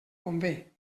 convé